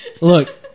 Look